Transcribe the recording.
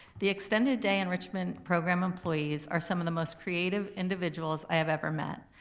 the extended day enrichment program employees are some of the most creative individuals i have ever met.